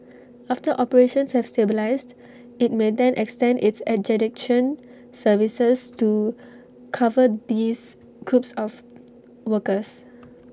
after operations have stabilised IT may then extend its adjudication services to cover these groups of workers